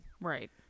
Right